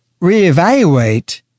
reevaluate